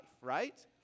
right